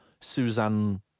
Suzanne